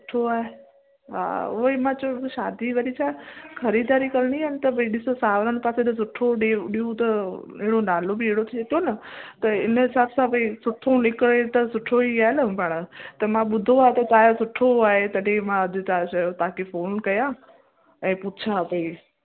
सुठो आहे हा उहेई मां चयो भई शादी वरी छा ख़रीदारी करिणी आहे त भई ॾिसो सांवरनि पासे त सुठो ॾे ॾियूं त अहिड़ो नालो बि अहिड़ो थिए थो न त इन हिसाब सां भई सुठो निकिरे त सुठो ई आहे न पाण त मां ॿुधो आहे तव्हांजो सुठो आहे तॾहिं मां अॼ तव्हां चयो तव्हखे फ़ोन कयां ऐं पुछा भई